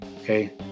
Okay